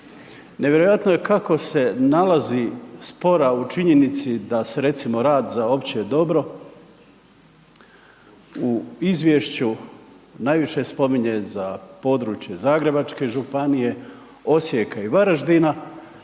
nevjerojatno je kako se nalazi spora u činjenici da se recimo rad za opće dobro u izvješću najviše spominje za područje Zagrebačke županije, Osijeka i Varaždina